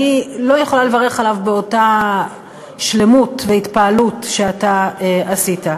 אני לא יכולה לברך עליו באותה שלמות והתפעלות כפי שאתה עשית.